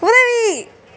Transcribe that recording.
உதவி